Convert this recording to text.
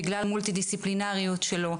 בגלל המולטי-דיסציפלינרית שלו,